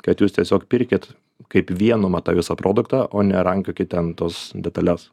kad jūs tiesiog pirkit kaip vienumą tą visą produktą o nerankiokit ten tos detales